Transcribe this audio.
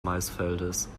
maisfeldes